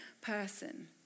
person